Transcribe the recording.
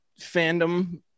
fandom